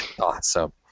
awesome